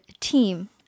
team